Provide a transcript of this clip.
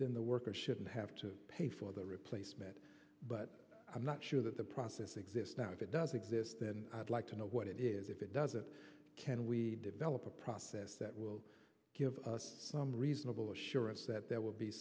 then the worker shouldn't have to pay for the replacement but i'm not sure that the process exists now if it does exist then i'd like to know what it is if it does it can we develop a process that will give us some reasonable assurance that th